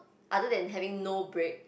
other than having no break